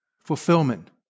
fulfillment